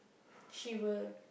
she will